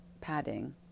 padding